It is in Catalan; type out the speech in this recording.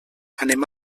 anem